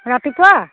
ৰাতিপুৱা